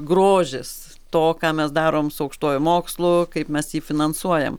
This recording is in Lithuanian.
grožis to ką mes darom su aukštuoju mokslu kaip mes jį finansuojam